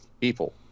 people